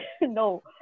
No